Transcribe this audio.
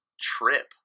trip